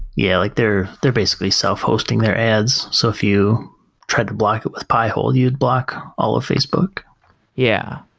yeah. like they're they're basically self-hosting their ads, so if you tried to block it with pi hole, you'd block all of facebook yeah.